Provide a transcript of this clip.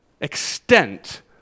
extent